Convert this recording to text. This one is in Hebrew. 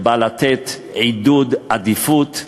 שבאה לתת עידוד, עדיפות,